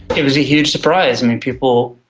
it was a huge surprise. i mean, people,